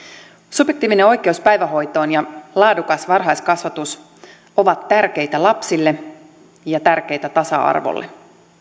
subjektiivinen oikeus päivähoitoon ja laadukas varhaiskasvatus ovat tärkeitä lapsille ja tärkeitä tasa arvolle